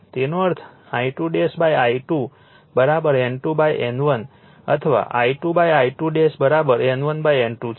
તેનો અર્થ I2 I2 N2 N1 અથવા I2 I2 N1 N2 છે